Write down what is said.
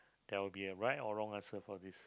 there will be a right or wrong answer for this